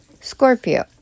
scorpio